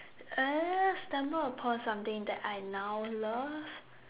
uh stumble upon something that I now love